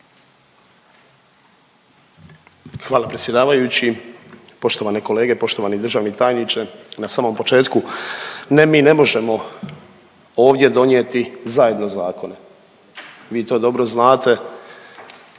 Hvala predsjedavajući. Poštovane kolege, poštovani državni tajniče, na samom početku, ne mi ne možemo ovdje donijeti zajedno zakone, vi to dobro znate